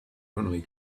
only